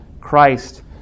Christ